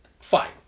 Fine